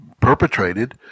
perpetrated